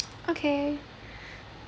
okay